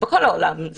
בכל העולם,